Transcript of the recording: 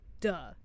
Duh